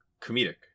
comedic